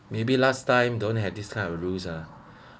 maybe last time don't have this kind of rules uh